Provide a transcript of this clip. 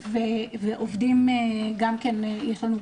ועובדים גם כן יש לנו,